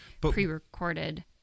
pre-recorded